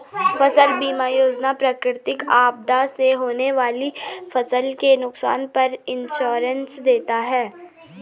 फसल बीमा योजना प्राकृतिक आपदा से होने वाली फसल के नुकसान पर इंश्योरेंस देता है